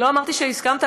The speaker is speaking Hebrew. אמרת שאני הסכמתי